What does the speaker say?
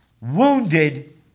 wounded